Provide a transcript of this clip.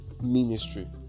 ministry